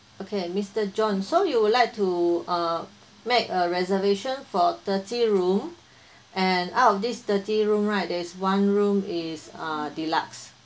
okay mister john so you would like to uh make a reservation for thirty room and out of this thirty room right there's one room is uh deluxe